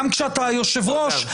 גם כשאתה היושב-ראש,